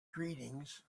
greetings